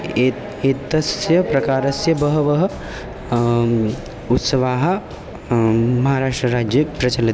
ए एतस्य प्रकारस्य बहवः उत्सवाः महाराष्ट्रराज्ये प्रचलन्ति